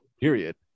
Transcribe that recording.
period